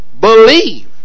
believe